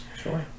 sure